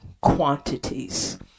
quantities